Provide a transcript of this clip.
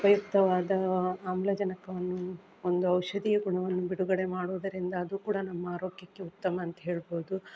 ಉಪಯುಕ್ತವಾದ ಆಮ್ಲಜನಕವನ್ನು ಒಂದು ಔಷಧೀಯ ಗುಣವನ್ನು ಬಿಡುಗಡೆ ಮಾಡುವುದರಿಂದ ಅದು ಕೂಡ ನಮ್ಮ ಆರೋಗ್ಯಕ್ಕೆ ಉತ್ತಮ ಅಂತ ಹೇಳ್ಬೋದು